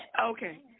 Okay